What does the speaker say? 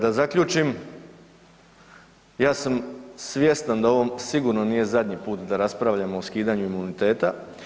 Da zaključim, ja sam svjestan da ovo sigurno nije zadnji put da raspravljamo o skidanju imuniteta.